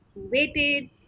waited